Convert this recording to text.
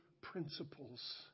principles